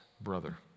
brother